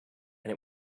and